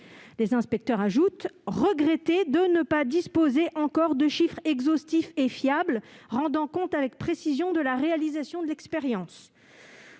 Les inspecteurs ajoutent « regretter de ne pas disposer encore de chiffres exhaustifs et fiables rendant compte avec précision de la réalisation de l'expérience ».